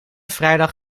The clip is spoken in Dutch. vrijdag